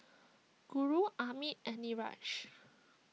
Guru Amit and Niraj